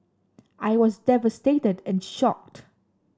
I was devastated and shocked